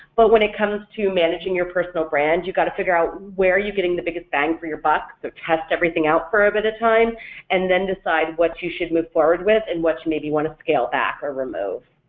but when it comes to managing your personal brand you've got to figure out where are you getting the biggest bang for your buck so test everything out for a bit of time and then decide what you should move forward with and what you maybe want to scale back or remove.